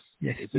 yes